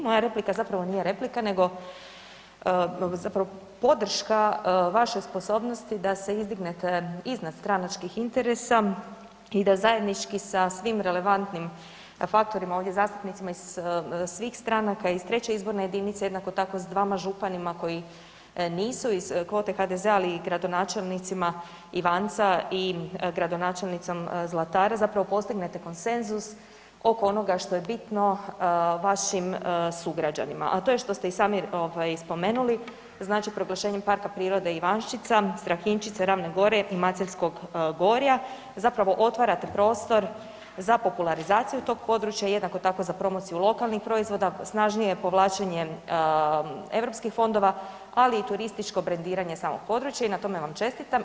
Moja replika zapravo nije replika nego zapravo podrška vašoj sposobnosti da se izdignete iznad stranačkih interesa i da zajednički sa svim relevantnim faktorima ovdje zastupnicima iz svih stranaka, iz 3. izborne jedinice jednako tako s dvama županima koji nisu iz kvote HDZ-a, ali i gradonačelnicima Ivanca i gradonačelnicom Zlatara zapravo postignete konsenzus oko onoga što je bitno vašim sugrađanima, a to je što ste i sami ovaj spomenuli znači proglašenjem parka prirode Ivanščica, Strahinjčica, Ravne gore i Maceljskog gorja zapravo otvarate prostor za popularizaciju tog područja jednako tako za promociju lokalnih proizvoda, snažnije povlačenje europskih fondova, ali i turističko brendiranje samog područja i na tome vam čestitam.